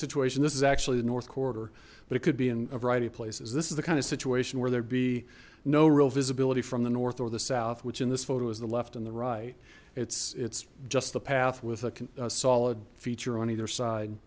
situation this is actually the north corridor but it could be in a variety of places this is the kind of situation where there'd be no real visibility from the north or the south which in this photo is the left and the right it's it's just the path with a solid feature on either side